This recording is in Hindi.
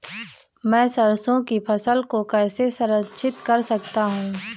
मैं सरसों की फसल को कैसे संरक्षित कर सकता हूँ?